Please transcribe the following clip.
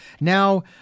now